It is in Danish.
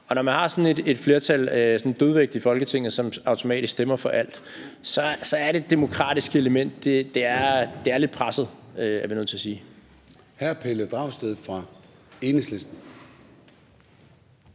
Når man har sådan et flertal, sådan en dødvægt i Folketinget, som automatisk stemmer for alt, er det demokratiske element lidt presset, er vi nødt til at sige.